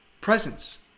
presence